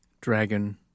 Dragon